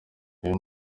uyu